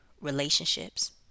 relationships